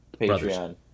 Patreon